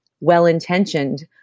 well-intentioned